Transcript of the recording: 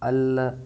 ಅಲ್ಲ